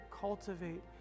cultivate